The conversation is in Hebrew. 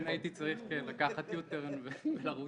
כן, הייתי צריך לקחת u-turn ולרוץ.